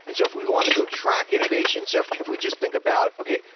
and so if we want to go track innovation, so if if we just think about, okay,